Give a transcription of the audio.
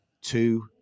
two